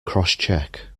crosscheck